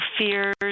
fears